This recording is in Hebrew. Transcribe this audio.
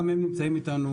גם הם נמצאים איתנו